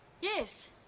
Yes